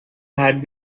had